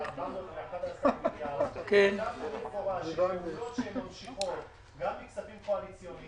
לאחר דין ודברים קשים שהיה פה עם אסי מסינג,